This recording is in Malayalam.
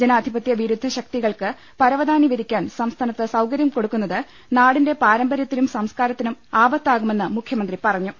ജനാധിപത്യവിരുദ്ധ ശക്തികൾക്ക് പരവതാനി വിരിക്കാൻ സംസ്ഥാനത്ത് സൌകരൃം കൊടുക്കുന്നത് നാടിന്റെ പാരമ്പര്യത്തിനും സംസ്കാരത്തിനും ആപത്താ കുമെന്ന് മുഖ്യമന്ത്രി പറഞ്ഞു